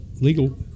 legal